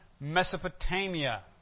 Mesopotamia